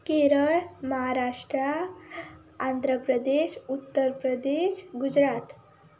Kerala Maharashtra Andhra Pradesh Uttar Pradesh Gujarat